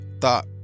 thought